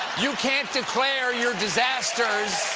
you can't declare your disasters